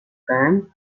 spanned